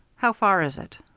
how far is it?